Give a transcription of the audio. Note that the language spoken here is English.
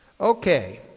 Okay